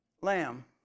lamb